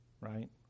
Right